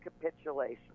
capitulation